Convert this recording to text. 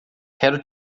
quero